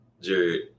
Jared